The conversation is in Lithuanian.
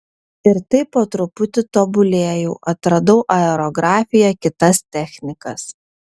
ir taip po truputį tobulėjau atradau aerografiją kitas technikas